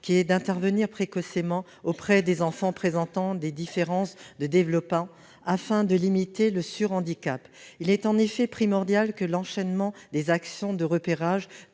qui est d'intervenir précocement auprès des enfants présentant des différences de développement, afin de limiter le surhandicap. Il est en effet primordial que l'enchaînement des actions de repérage,